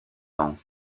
ans